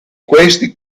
questi